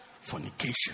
Fornication